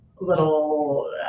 Little